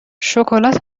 شکلات